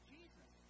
Jesus